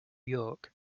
york